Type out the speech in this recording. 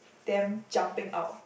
them jumping out